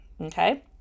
okay